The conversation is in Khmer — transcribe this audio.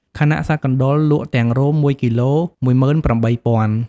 ខណៈសត្វកណ្ដុរលក់ទាំងរោម១គីឡូ ១៨០០០។